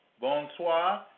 Bonsoir